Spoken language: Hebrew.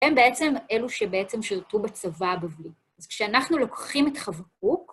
הם בעצם אלו שבעצם שירתו בצבא הבבלי. אז כשאנחנו לוקחים את חבקוק,